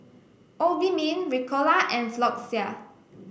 Obimin Ricola and Floxia